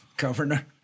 governor